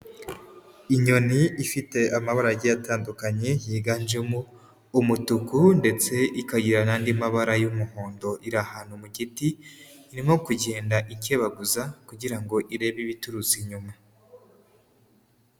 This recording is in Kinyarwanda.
Inyoni ifite amabarage atandukanye yiganjemo umutuku ndetse ikagira n'andi mabara y'umuhondo iri ahantu mu giti, irimo kugenda ikebaguza kugira ngo irebe ibiturutse inyuma.